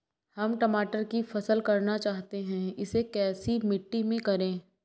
हम टमाटर की फसल करना चाहते हैं इसे कैसी मिट्टी में करें?